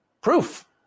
proof